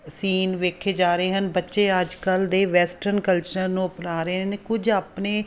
scene ਵੇਖੇ ਜਾ ਰਹੇ ਹਨ ਬੱਚੇ ਅੱਜ ਕੱਲ੍ਹ ਦੇ ਵੈਸਟਰਨ ਕਲਚਰ ਨੂੰ ਅਪਣਾ ਰਹੇ ਨੇ ਕੁਝ ਆਪਣੇ